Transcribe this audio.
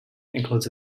includes